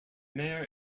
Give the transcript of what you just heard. mayor